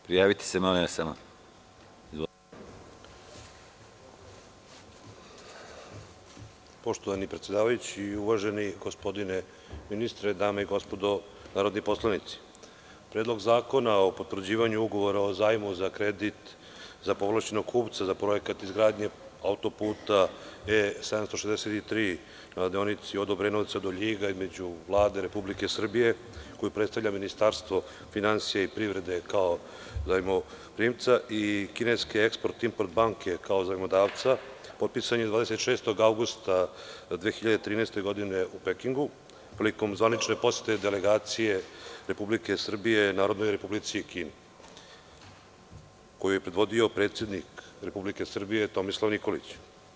Poštovani predsedavajući i uvaženi gospodine ministre, dame i gospodo narodni poslanici, Predlog zakona o potvrđivanju ugovora o zajmu za kredit za povlašćenog kupca za projekat izgradnje autoputa E763 na deonici od Obrenovca do Ljiga između Vlade Republike Srbije koju predstavlja Ministarstvo privrede kao zajmoprimca i kinske Eksport-import banke zajmodavca potpisan je 26. avgusta 2013. godine u Pekingu prilikom zvanične posete delegacije Republike Srbije Narodnoj Republici Kini, koju je predvodio predsednik Republike Srbije Tomislav Nikolić.